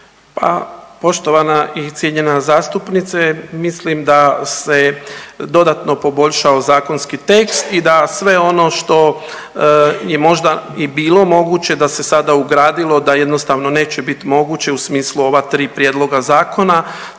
Pa poštovana i cijenjena zastupnice, mislim da se dodatno poboljšao zakonski tekst i da sve ono što je možda i bilo moguće da se sada ugradilo da jednostavno neće bit moguće u smislu ova tri prijedloga zakona,